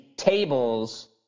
tables